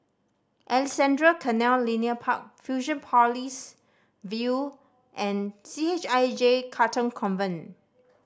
Alexandra Canal Linear Park Fusionopolis View and C H I J Katong Convent